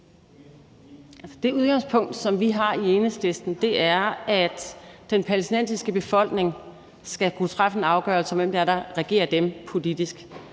Det udgangspunkt, som vi har i Enhedslisten, er, at den palæstinensiske befolkning skal kunne træffe en afgørelse om, hvem det er, der regerer dem politisk,